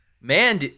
Man